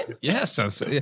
Yes